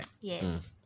Yes